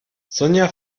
sonja